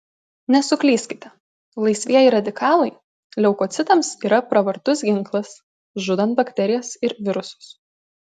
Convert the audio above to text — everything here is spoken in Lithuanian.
nesuklyskite laisvieji radikalai leukocitams yra pravartus ginklas žudant bakterijas ir virusus